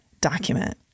document